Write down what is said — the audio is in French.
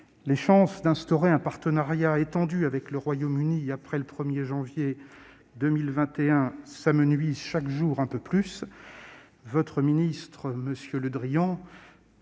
Les chances d'instaurer un partenariat étendu avec le Royaume-Uni après le 1 janvier 2021 s'amenuisent chaque jour davantage- votre ministre de tutelle, M. Le Drian,